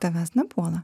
tavęs nepuola